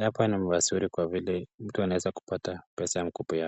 Hapa ni mzuri kwa vile mtu anaweza kupata pesa ya mkopo.